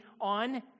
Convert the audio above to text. on